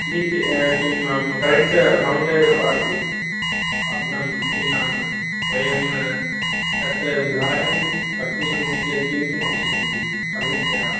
किं नाम current account किं नाम वयं तत्र उद्घाटनं कर्तुं शक्नोमि चेत् किं किं आवश्यकं इति सम्यक्तया